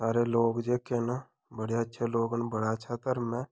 सारे लोक जेह्के न बड़े अच्छे लोक न बड़ा अच्छा धर्म ऐ